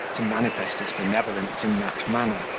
to manifest his benevolence in that manner,